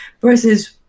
versus